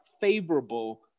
favorable